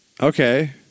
Okay